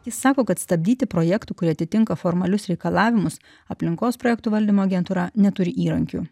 jis sako kad stabdyti projektų kurie atitinka formalius reikalavimus aplinkos projektų valdymo agentūra neturi įrankių